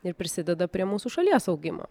ir prisideda prie mūsų šalies augimo